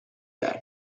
thing